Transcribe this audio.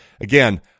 again –